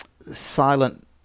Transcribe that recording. silent